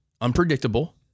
unpredictable